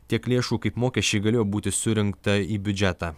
tiek lėšų kaip mokesčiai galėjo būti surinkta į biudžetą